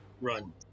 run